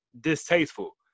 distasteful